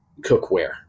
cookware